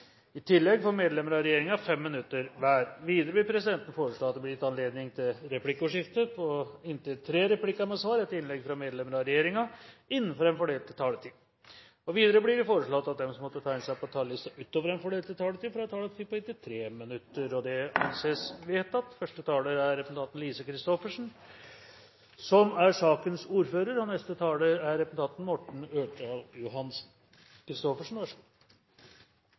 I tillegg foreslås at medlemmer av regjeringen får 5 minutter hver. Videre vil presidenten foreslå at det blir gitt anledning til replikkordskifte på inntil tre replikker med svar etter innlegg fra medlemmer av regjeringen innenfor den fordelte taletid. Videre blir det foreslått at de som måtte tegne seg på talerlisten utover den fordelte taletid, får en taletid på inntil 3 minutter. – Det anses vedtatt. Når Stortinget nå skal diskutere meldingen om en helhetlig integreringspolitikk, er det mulig å velge ulike innganger. Vi kan starte med det positive – hva det er som